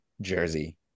jersey